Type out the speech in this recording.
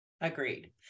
Agreed